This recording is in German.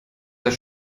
sehr